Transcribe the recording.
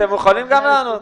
אתם יכולים גם לענות.